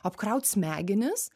apkraut smegenis